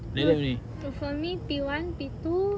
!huh! for me P one P two